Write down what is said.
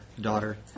daughter